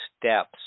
steps